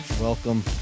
welcome